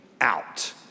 out